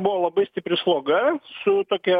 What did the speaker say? buvo labai stipri sloga su tokia